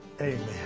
Amen